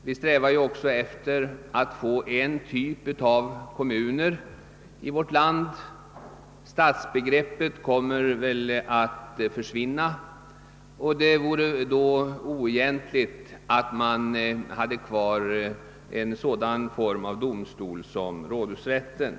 Vi strävar här i landet efter att få en enda typ av kommuner — stadsbegreppet kommer troligen att försvinna — och då skulle det vara oegentligt att ha kvar en sådan domstolsform som rådhusrätten.